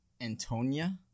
Antonia